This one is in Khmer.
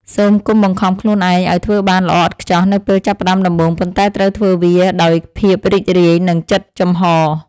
សូមកុំបង្ខំខ្លួនឯងឱ្យធ្វើបានល្អឥតខ្ចោះនៅពេលចាប់ផ្តើមដំបូងប៉ុន្តែត្រូវធ្វើវាដោយភាពរីករាយ និង ចិត្តចំហ។